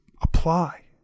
apply